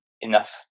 enough